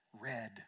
Red